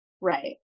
Right